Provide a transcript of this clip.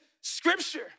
scripture